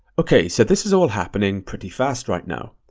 okay, so this is all happening pretty fast right now.